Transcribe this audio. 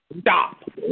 stop